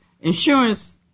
insurance